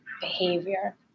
behavior